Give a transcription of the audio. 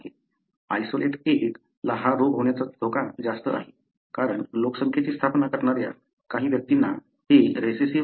isolate 1 ला हा रोग होण्याचा धोका जास्त आहे कारण लोकसंख्येची स्थापना करणाऱ्या काही व्यक्तींना हे रेसेसिव्ह एलील होते